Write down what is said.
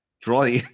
draw